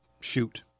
shoot